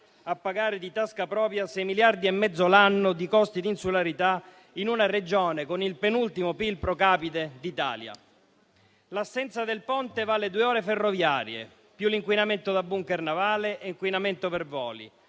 a pagare di tasca propria 6,5 miliardi l'anno di costi di insularità in una Regione con il penultimo PIL *pro capite* d'Italia. L'assenza del Ponte vale due ore ferroviarie, più l'inquinamento da *bunker* navale e l'inquinamento per voli.